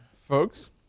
folks